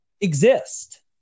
exist